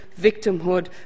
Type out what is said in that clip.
victimhood